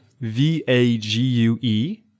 V-A-G-U-E